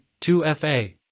2FA